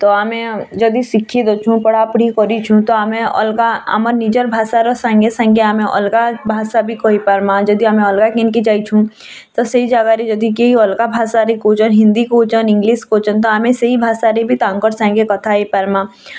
ତ ଆମେ ଯଦି ଶିକ୍ଷିତ୍ ଅଛିଁ ପଢ଼ା ପଢ଼ି କରିଛୁଁ ତ ଆମେ ଅଲ୍ଗା ଆମ ନିଜର୍ ଭାଷାର ସାଙ୍ଗେ ସାଙ୍ଗେ ଆମେ ଅଲଗା ଭାଷା ବି କହି ପାର୍ମା ଯଦି ଆମେ ଅଲଗା କିନ୍ କୁ ଯାଇଛୁ ତ ସେଇ ଜାଗାରେ ଯଦି କେହି ଅଲଗା ଭାଷାରେ କହୁଛନ୍ ହିନ୍ଦୀ କହୁଛନ୍ ଇଁଲିଶ୍ କହୁଛନ୍ ତ ଆମେ ସେହି ଭାଷାରେ ବି ତାଙ୍କର୍ ସାଙ୍ଗେ କଥା ହେଇ ପାର୍ମାଁ